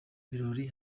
birori